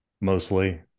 mostly